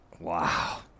Wow